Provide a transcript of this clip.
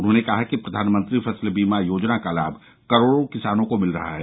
उन्होंने कहा कि प्रधानमंत्री फसल बीमा योजना का लाभ करोड़ों किसानों को मिल रहा है